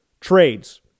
trades